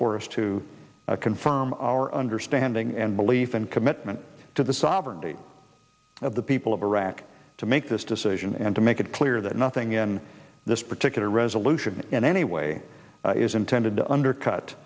for us to confirm our understanding and belief and commitment to the sovereignty of the people of iraq to make this decision and to make it clear that nothing in this particular resolution in any way is intended to